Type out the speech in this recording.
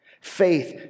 Faith